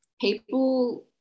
people